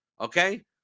okay